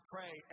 pray